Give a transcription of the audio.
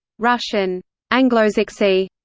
russian anglosaksy,